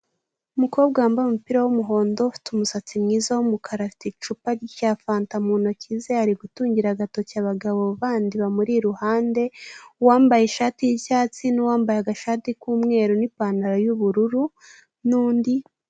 Umukobwa wambaye umupira w'umuhondo ufite umusatsi mwiza w'umukara, afite icupa rya fanta mu ntoki ze, ari gutungira agatoki abagabo bandi bamuri iruhande, uwambaye ishati y'icyatsi n'uwambaye agashati k'umweru n'ipantaro y'ubururu nundi,